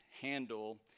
handle